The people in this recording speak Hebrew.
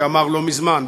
שאמר לא מזמן,